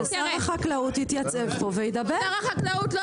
ששר החקלאות יתייצב פה וידבר,